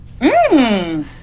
Mmm